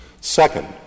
Second